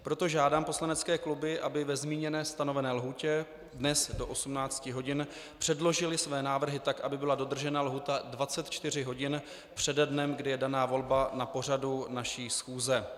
Proto žádám poslanecké kluby, aby ve zmíněné stanovené lhůtě dnes do 18 hodin předložily své návrhy tak, aby byla dodržena lhůta 24 hodin přede dnem, kdy je daná volba na pořadu naší schůze.